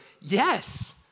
yes